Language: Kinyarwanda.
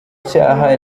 icyaha